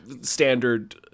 standard